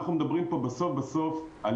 אני,